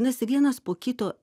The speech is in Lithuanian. nes vienas po kito